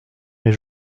mes